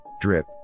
Drip